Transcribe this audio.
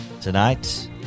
tonight